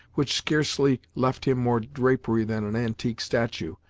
which scarcely left him more drapery than an antique statue,